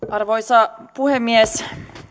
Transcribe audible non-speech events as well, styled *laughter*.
*unintelligible* arvoisa puhemies